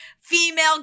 female